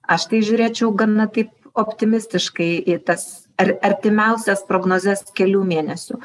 aš tai žiūrėčiau gana taip optimistiškai į tas ar artimiausias prognozes kelių mėnesių